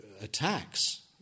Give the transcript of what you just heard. attacks